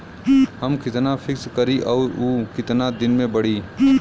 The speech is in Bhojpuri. हम कितना फिक्स करी और ऊ कितना दिन में बड़ी?